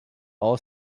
all